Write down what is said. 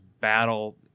battle –